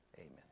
amen